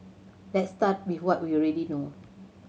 let's start with what we already know